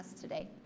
today